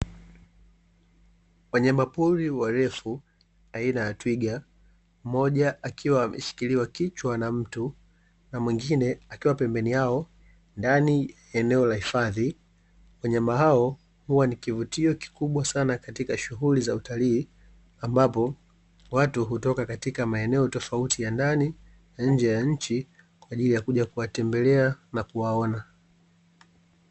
Wanyama pori warefu aina ya twiga mmoja akiwa ameshikiliwa kichwa na mtu na mwingine akiwa pembeni yao ndani eneo la hifadhi wanyama hao hua nikivutio kikubwa sana katika shughuli za utalii ambapo watu hutoka katika maeneo tofauti ya ndani na nje ya inchi kwa ajili ya kuja kuwatembelea na kuwaona.